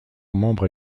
membre